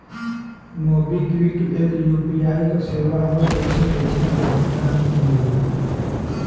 MobiKwik एक UPI क सेवा हौ जेसे पइसा क भुगतान किहल जाला